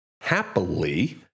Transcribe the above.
Happily